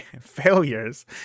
Failures